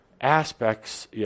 aspects